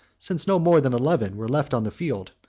since no more than eleven were left on the field,